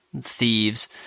thieves